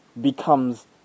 becomes